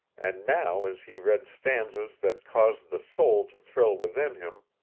and now as he read stanzas that caused the soul to thrill within him,